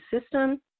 system